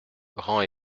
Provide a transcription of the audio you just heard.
grand